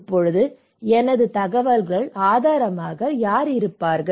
இப்போது எனது தகவல் ஆதாரமாக யார் இருப்பார்கள்